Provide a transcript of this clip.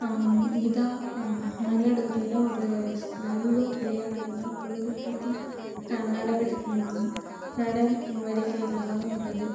இதாக மயிலாடுதுறையில ஒரு சு உள்ளூர் விளையாட்டுகளாக் பொழுதுபோக்கு நடவடிக்கை நட நடவடிக்கைகளாக உள்ளது